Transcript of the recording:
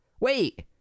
wait